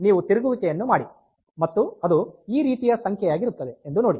ಆದ್ದರಿಂದ ನೀವು ತಿರುಗುವಿಕೆಯನ್ನು ಮಾಡಿ ಮತ್ತು ಅದು ಈ ರೀತಿಯ ಸಂಖ್ಯೆಯಾಗಿರುತ್ತದೆ ಎಂದು ನೋಡಿ